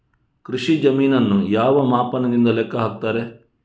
ಕೃಷಿ ಜಮೀನನ್ನು ಯಾವ ಮಾಪನದಿಂದ ಲೆಕ್ಕ ಹಾಕ್ತರೆ?